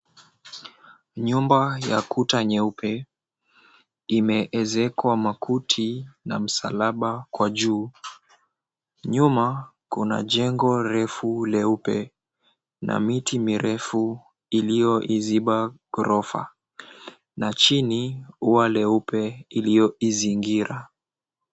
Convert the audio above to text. Nyumba ya kuta nyeupe imeezekwa makuti na msalaba kwa juu. Nyuma kuna jengo refu, leupe na miti mirefu iliyoiziba ghorofa. Na chini ua leupe iliyoizingira.